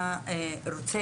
רוצה